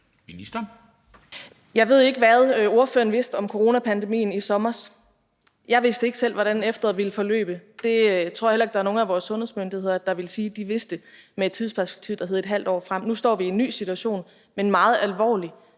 Krag): Jeg ved ikke, hvad spørgeren vidste om coronapandemien i sommer. Jeg vidste ikke selv, hvordan efteråret ville forløbe, og det tror jeg heller ikke der er nogen af vores sundhedsmyndigheder der vil sige at de vidste med et tidsperspektiv, der hed et halvt år frem. Nu står vi i en ny situation med en meget alvorlig